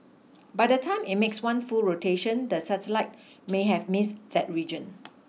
by the time it makes one full rotation the satellite may have miss that region